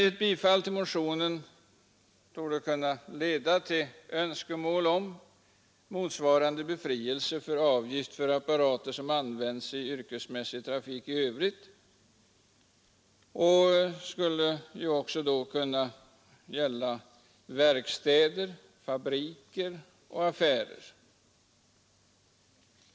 Ett bifall till motionen torde kunna leda till önskemål om motsvarande befrielse från avgift för apparater som används i yrkesmässig trafik i övrigt. Det skulle då också kunna gälla verkstäder, fabriker och affärer.